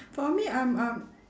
for me I'm I'm